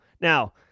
Now